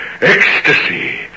ecstasy